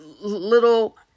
little